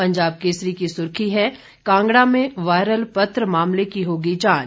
पंजाब केसरी की सुर्खी है कांगड़ा में वायरल पत्र मामले की होगी जांच